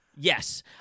Yes